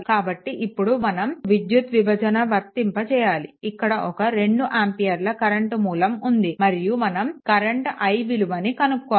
కాబట్టి ఇప్పుడు మనం విద్యుత్ విభజన వర్తింప చేయాలి ఇక్కడ ఒక 2 ఆంపియర్ల కరెంట్ మూలం ఉంది మరియు మనం కరెంట్ i విలువను కనుక్కోవాలి